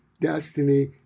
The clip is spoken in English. destiny